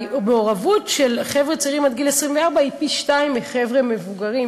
והמעורבות של חבר'ה צעירים עד גיל 24 היא פי-שניים משל חבר'ה מבוגרים.